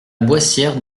boissière